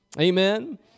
Amen